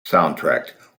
soundtrack